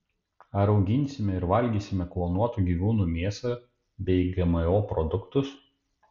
ar auginsime ir valgysime klonuotų gyvūnų mėsą bei gmo produktus